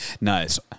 Nice